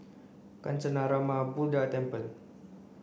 Kancanarama Buddha Temple